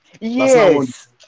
Yes